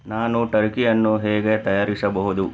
ನಾನು ಟರ್ಕಿಯನ್ನು ಹೇಗೆ ತಯಾರಿಸಬಹುದು